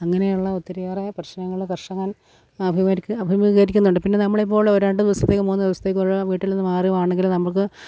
അങ്ങനെയുള്ള ഒത്തിരിയേറെ പ്രശ്നങ്ങൾ കർഷകൻ അഭിമുഖിക്കുക അഭിമുഖീകരിക്കുന്നുണ്ട് പിന്നെ നമ്മളെപ്പോലെ ഒരു രണ്ടു ദിവസത്തേക്ക് മൂന്നു ദിവസത്തേക്ക് വീട്ടിൽ നിന്ന് മാറുകയാണെങ്കിൽ നമുക്ക്